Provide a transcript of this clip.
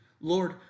Lord